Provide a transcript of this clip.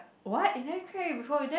what you never crack egg before